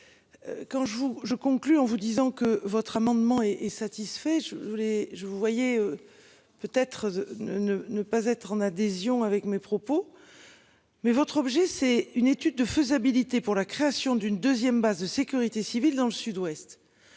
vous je conclus en vous disant que votre amendement est satisfait, je les, je vous voyez. Peut être ne ne ne pas être en adhésion avec mes propos. Mais votre objet c'est une étude de faisabilité pour la création d'une 2ème base de sécurité civile, dans le Sud-Ouest.